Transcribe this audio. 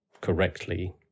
correctly